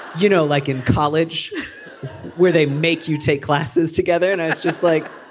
you know like in college where they make you take classes together and it's just like